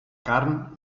carn